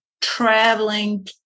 traveling